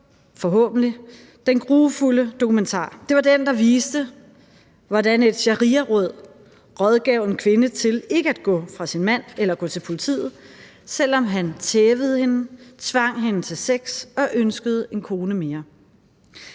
forhåbentlig den grufulde dokumentar. Det var den, der viste, hvordan et shariaråd rådgav en kvinde til ikke at gå fra sin mand eller gå til politiet, selv om han tævede hende, tvang hende til sex og ønskede en kone mere.